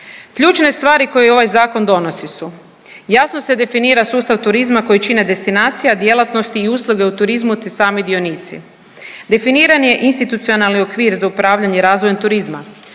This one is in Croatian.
Ključne stvari koji ovaj zakon donosi su, jasno se definira sustav turizma koji čine destinacija, djelatnosti i usluge u turizmu te sami dionici. Definiran je institucionalni okvir za upravljanje razvojem turizma,